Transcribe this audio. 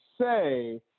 say